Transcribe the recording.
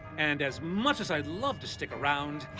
and as much as i'd love to stick around.